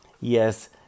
yes